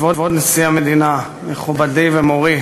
כבוד נשיא המדינה מכובדי ומורי